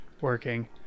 working